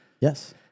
Yes